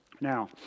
Now